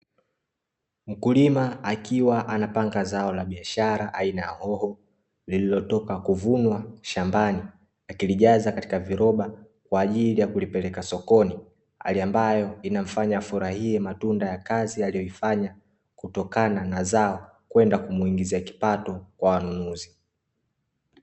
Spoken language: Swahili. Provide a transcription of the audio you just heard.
Mkulima akiwa anapanga zao la biashara aina ya hoho lililotoka kuvunwa shambani, akilijaza katika viroba kwa ajili ya kulipeleka sokoni hali ambayo inamfanya afurahie matunda ya kazi aliyoifanya, kutokana na zao kwenda kumuingizia kipato kwa wanunuzi.